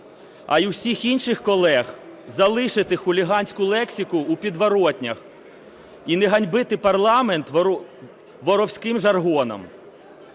а й усіх інших колег залишити хуліганську лексику у підворотнях і не ганьбити парламент воровським жаргоном.